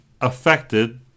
affected